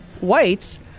whites